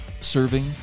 serving